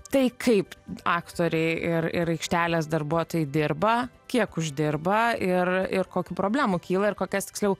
tai kaip aktoriai ir ir aikštelės darbuotojai dirba kiek uždirba ir ir kokių problemų kyla ir kokias tiksliau